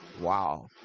wow